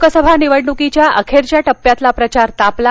लोकसभा निवडणुकीच्या अखेरच्या टप्प्यातला प्रचार तापला